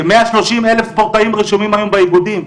כמאה שלושים אלף ספורטאים רשומים היום באיגודים.